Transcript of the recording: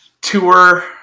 tour